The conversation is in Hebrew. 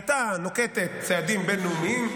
הייתה נוקטת צעדים בין-לאומיים.